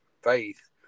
faith